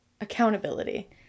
Accountability